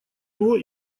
его